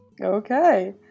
Okay